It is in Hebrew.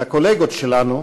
לקולגות שלנו,